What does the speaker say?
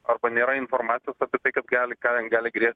arba nėra informacijos apie tai kad gali ką gali grėsti